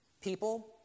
people